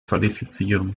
qualifizieren